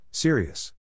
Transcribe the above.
Serious